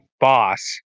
boss